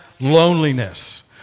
loneliness